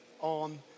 on